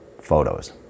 photos